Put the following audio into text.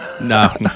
no